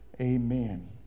Amen